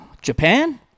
Japan